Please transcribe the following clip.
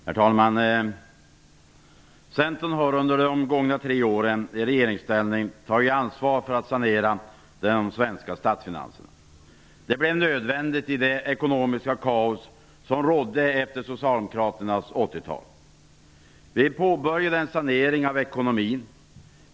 Herr talman! Centern har under de gångna tre åren i regeringsställning tagit ansvar för att sanera de svenska statsfinanserna. Det blev nödvändigt i det ekonomiska kaos som rådde efter socialdemokraternas 80-tal. Vi påbörjade en sanering av ekonomin.